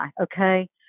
okay